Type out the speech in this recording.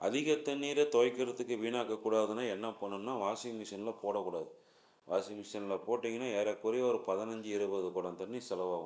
அதிக தண்ணீரை துவைக்கிறத்துக்கு வீணாக்க கூடாதுன்னா என்ன பண்ணணும்ன்னா வாஷிங் மிஷினில் போடக்கூடாது வாஷிங் மிஷினில் போட்டீங்கன்னா ஏறக்குறைய ஒரு பதினஞ்சு இருபது குடம் தண்ணி செலவாகும்